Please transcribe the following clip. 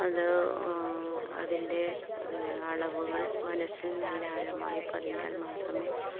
അത് അതിൻ്റെ അളവുകൾ മനസ്സിൽ നല്ല ആഴമായി പതിഞ്ഞാൽ മാത്രമേ